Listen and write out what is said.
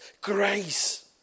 grace